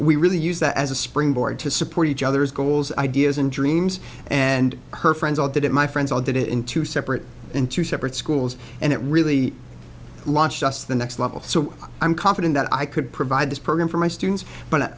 we really use that as a springboard to support each other's goals ideas and dreams and her friends all did it my friends all did it in two separate into separate schools and it really launched just the next level so i'm confident that i could provide this program for my students but